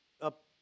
up